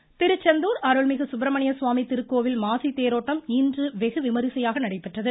கோவில் திருச்செந்தூர் அருள்மிகு சுப்பிரமணியசுவாமி திருக்கோவில் மாசித் தேரோட்டம் இன்று வெகு விமரிசையாக நடைபெற்றது